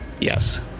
Yes